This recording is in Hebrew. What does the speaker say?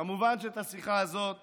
כמובן שאת השיחה הזאת